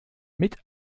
mit